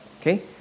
Okay